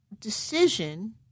decision